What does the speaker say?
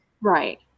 right